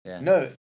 No